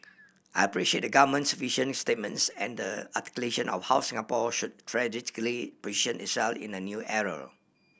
I appreciate the Government's vision statements and the articulation of how Singapore should strategically position itself in the new era